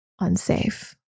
unsafe